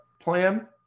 plan